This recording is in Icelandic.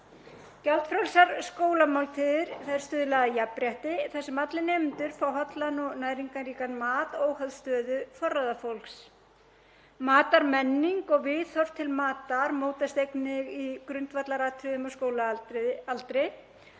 Gjaldfrjálsar skólamáltíðir stuðla að jafnrétti þar sem allir nemendur fá hollan og næringarríkan mat óháð stöðu forráðafólks. Matarmenning og viðhorf til matar mótast einnig í grundvallaratriðum á skólaaldri.